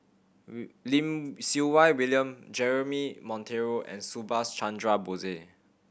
Lim Siew Wai William Jeremy Monteiro and Subhas Chandra Bose